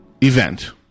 event